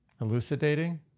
Elucidating